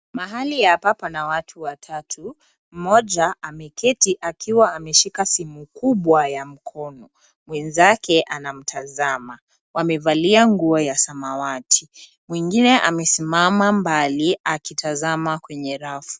Mhali hapa pana watu watatu mmoja ameketi akiwa ameshika simu kubwa ya mkono mwenzake anamtazama wamevalia nguo ya samawati mwingine amesimama mbali akitazama kwenye rafu.